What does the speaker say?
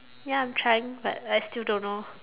ya I'm trying but I still don't know